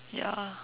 ya